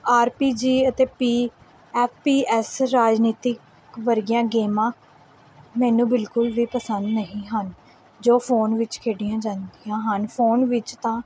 R P G ਅਤੇ P A P S ਰਾਜਨੀਤਿਕ ਵਰਗੀਆਂ ਗੇਮਾਂ ਮੈਨੂੰ ਬਿਲਕੁਲ ਵੀ ਪਸੰਦ ਨਹੀਂ ਹਨ ਜੋ ਫੋਨ ਵਿੱਚ ਖੇਡੀਆਂ ਜਾਂਦੀਆਂ ਹਨ ਫੋਨ ਵਿੱਚ ਤਾਂ